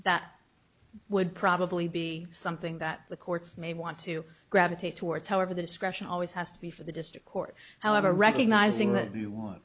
that would probably be something that the courts may want to gravitate towards however the discretion always has to be for the district court however recognizing that